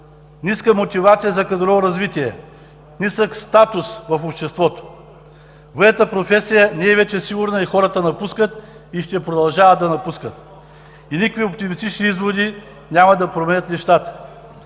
ниска мотивация за кадрово развитие, нисък статус в обществото. Военната професия не е вече сигурна и хората напускат и ще продължават да напускат. Никакви оптимистични изводи няма да променят нещата,